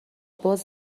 باز